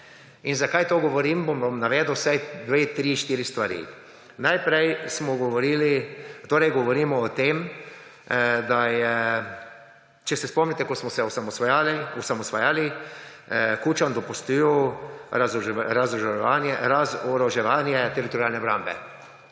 In zakaj to govorim? Vam bom navedel vsaj dve, tri, štiri stvari. Najprej govorimo o tem, da je, če se spomnite, ko smo se osamosvojili, Kučan dopustil razoroževanje Teritorialne obrambe.